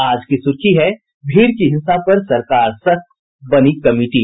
आज की सुर्खी है भीड़ की हिंसा पर सरकार सख्त बनी कमिटी